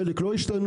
חלק לא השתנו.